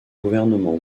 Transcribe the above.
gouvernement